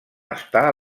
està